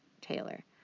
Taylor